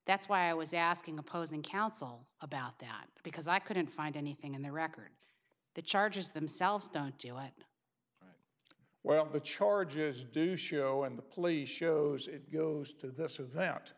that's why i was asking opposing counsel about that because i couldn't find anything in the record the charges themselves don't deal well the charges do show and the police shows it goes through this w